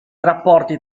rapporti